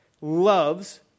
loves